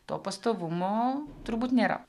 to pastovumo turbūt nėra